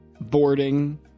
boarding